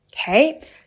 Okay